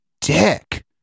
dick